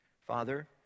Father